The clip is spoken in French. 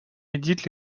édite